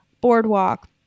boardwalk